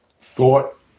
thought